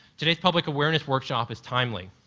today's public awareness workshop is timely.